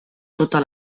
tota